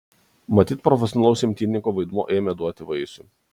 matyt profesionalaus imtynininko vaidmuo ėmė duoti vaisių